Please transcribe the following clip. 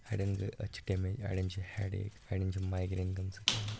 اَڑٮ۪ن گٔے أچھ ڈٮ۪میج اَڑٮ۪ن چھِ ہٮ۪ڈ ایک اَڑٮ۪ن چھِ مایگرٛین گٔمژٕ کَلَس